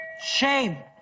Shame